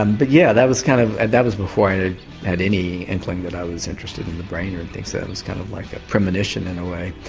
um but yeah, that was kind of and that was before i had any inkling that i was interested in the brain or things, so it was kind of like a premonition in a way.